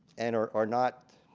and are are not